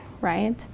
right